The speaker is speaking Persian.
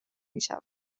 میشود